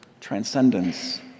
transcendence